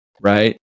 right